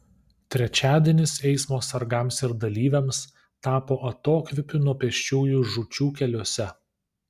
trečiadienis eismo sargams ir dalyviams tapo atokvėpiu nuo pėsčiųjų žūčių keliuose